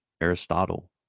Aristotle